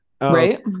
Right